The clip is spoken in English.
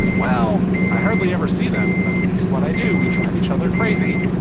well i hardly ever see them but at least when i do we drive each other crazy